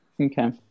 Okay